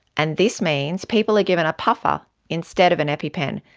and this means people are given a puffer instead of an epi-pen,